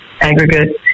Aggregate